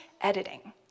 editing